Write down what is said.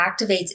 activates